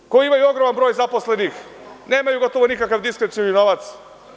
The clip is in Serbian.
Oni koji imaju ogroman broj zaposlenih nemaju skoro nikakav diskrecioni novac.